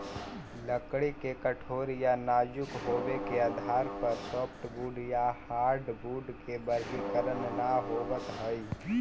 लकड़ी के कठोर या नाजुक होबे के आधार पर सॉफ्टवुड या हार्डवुड के वर्गीकरण न होवऽ हई